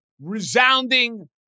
resounding